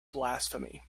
blasphemy